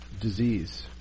disease